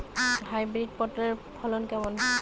Hybrid পটলের ফলন কেমন?